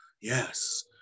yes